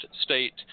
state